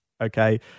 okay